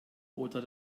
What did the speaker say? oder